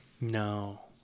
No